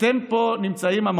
אתם נמצאים פה,